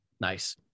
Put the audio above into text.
Nice